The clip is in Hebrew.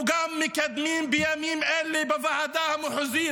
הם גם מקדמים בימים אלה בוועדה המחוזית